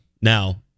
Now